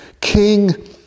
king